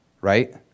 right